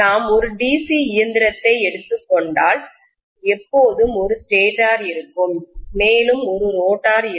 நான் ஒரு DC இயந்திரத்தை எடுத்துக் கொண்டால் எப்போதும் ஒரு ஸ்டேட்டர் இருக்கும் மேலும் ஒரு ரோட்டார் இருக்கும்